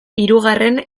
hirugarren